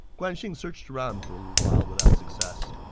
guan xing searched around for a while without success.